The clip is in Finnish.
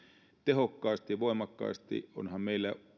tehokkaasti ja voimakkaasti onhan meillä